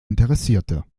interessierte